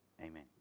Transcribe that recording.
Amen